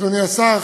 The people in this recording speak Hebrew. אדוני השר,